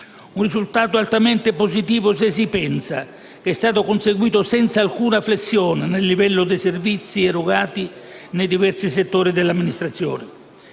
Il risultato è altamente positivo se si pensa che è stato conseguito senza alcuna flessione nel livello dei servizi erogati nei diversi settori dell'Amministrazione.